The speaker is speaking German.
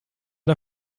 der